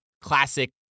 classic